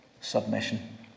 submission